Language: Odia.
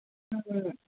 ହୁଁ